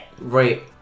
Right